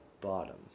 bottom